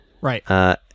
right